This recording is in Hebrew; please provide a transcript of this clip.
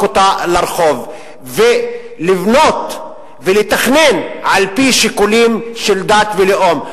אותה לרחוב ולבנות ולתכנן על-פי שיקולים של דת ולאום.